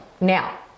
Now